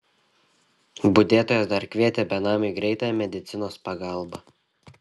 budėtojas dar kvietė benamiui greitąją medicinos pagalbą